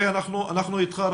אנחנו בדיון מעקב,